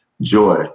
joy